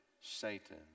Satan